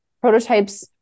prototypes